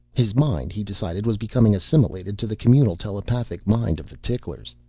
his mind, he decided, was becoming assimilated to the communal telepathic mind of the ticklers.